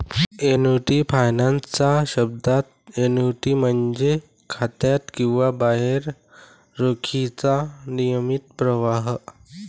annuity finance च्या शब्दात, annuity म्हणजे खात्यात किंवा बाहेर रोखीचा नियमित प्रवाह